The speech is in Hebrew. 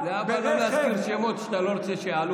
להבא לא להזכיר שמות כשאתה לא רוצה שיעלו.